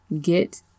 Get